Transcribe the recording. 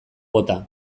bota